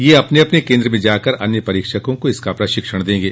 ये अपने अपने केंद्र में जाकर अन्य परीक्षकों को इसका प्रशिक्षण देंगे